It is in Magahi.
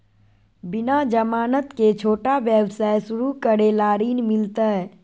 बिना जमानत के, छोटा व्यवसाय शुरू करे ला ऋण मिलतई?